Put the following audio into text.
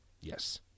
Yes